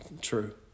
true